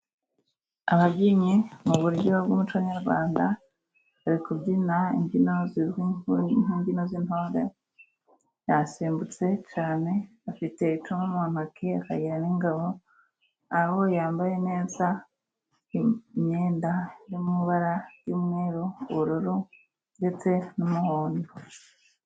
Ababyinnyi mu buryo bw'umuco nyarwanda. Bari kubyina imbyino zizwi nk'imbyino z'intore. Yasimbutse cyane afite icumu mu ntoki, akagira n'ingabo aho yambaye neza imyenda y'amabara y'umweru, ubururu ndetse n'umuhondo.